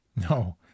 No